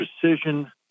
precision